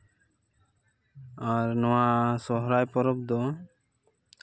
ᱟᱨ ᱱᱚᱣᱟ ᱥᱚᱦᱨᱟᱭ ᱯᱚᱨᱚᱵᱽ ᱫᱚ